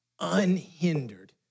unhindered